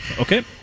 Okay